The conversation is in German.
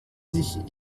sich